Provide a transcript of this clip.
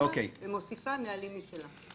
כאשר היא מוסיפה נהלים משלה.